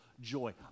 joy